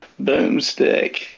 boomstick